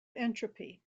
entropy